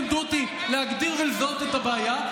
לימדו אותי קודם כול להגדיר ולזהות את הבעיה,